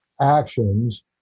actions